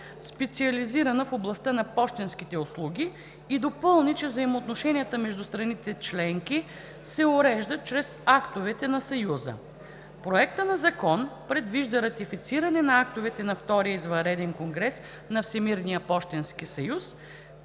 специализирана в областта на пощенските услуги, и допълни, че взаимоотношенията между страните членки се уреждат чрез актовете на Съюза. Проектът на закон предвижда ратифициране на актовете на Втория извънреден конгрес на Всемирния пощенски съюз,